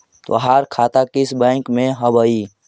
तोहार खाता किस बैंक में हवअ